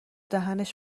دهنش